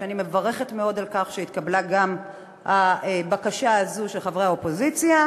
ואני מברכת מאוד על כך שהתקבלה גם הבקשה הזו של חברי האופוזיציה,